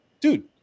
dude